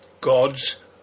God's